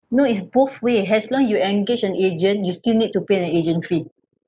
no it's both way as long you engage an agent you still need to pay an agent fee